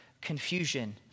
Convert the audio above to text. confusion